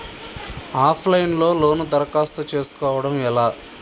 Of line లో loan దరఖాస్తు చేసుకోవడం ఎలా?